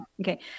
Okay